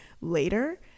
later